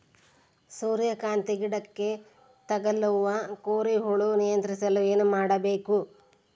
ಸೂರ್ಯಕಾಂತಿ ಗಿಡಕ್ಕೆ ತಗುಲುವ ಕೋರಿ ಹುಳು ನಿಯಂತ್ರಿಸಲು ಏನು ಮಾಡಬೇಕು?